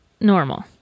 normal